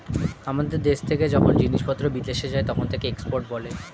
আমাদের দেশ থেকে যখন জিনিসপত্র বিদেশে যায় তখন তাকে এক্সপোর্ট বলে